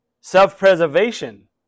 Self-preservation